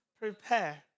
prepare